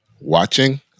watching